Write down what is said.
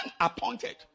appointed